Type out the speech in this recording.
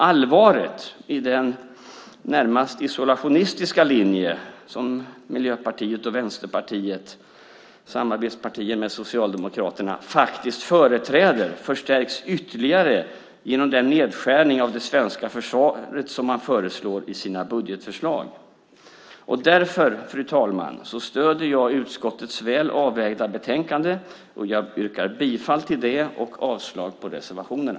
Allvaret i den närmast isolationistiska linje som Miljöpartiet och Vänsterpartiet, samarbetspartier till Socialdemokraterna, faktiskt företräder förstärks ytterligare genom den nedskärning av det svenska försvaret som de föreslår i sina budgetförslag. Därför, fru talman, stöder jag utskottets väl avvägda utlåtande. Jag yrkar bifall till förslaget i det och avslag på reservationerna.